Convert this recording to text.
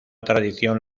tradición